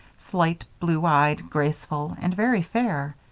slight, blue-eyed, graceful, and very fair.